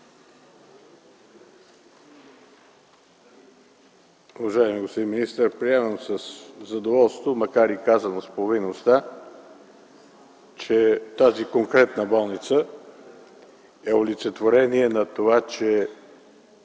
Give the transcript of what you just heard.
Уважаеми господин министър, приемам със задоволство, макар и казано с половин уста, че тази конкретна болница е олицетворение на това, че